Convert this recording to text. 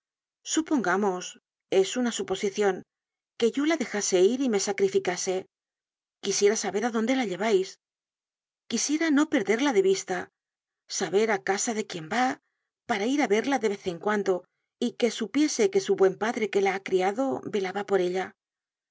supongamos es una suposicion que yo la dejase ir y me sacrificase quisiera saber á dónde la llevais quisiera no perderla de vista saber á casa de quién va para ir á verla de vez en cuando y que supiese que su buen padre que la ha criado velaba por ella